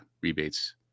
rebates